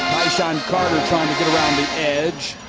tysean carter trying to get around the edge.